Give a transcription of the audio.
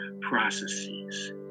processes